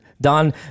Don